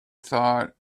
thought